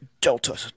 Delta